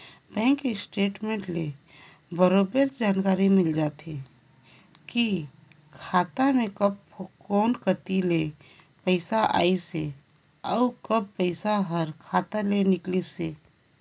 bank statement ले बरोबर जानकारी मिल जाथे की खाता मे कब कोन कति ले पइसा आइसे अउ कब पइसा हर खाता ले निकलिसे